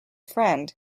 friend